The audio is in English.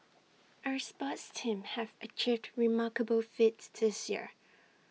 our sports teams have achieved remarkable feats this year